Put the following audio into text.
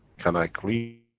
can i clean,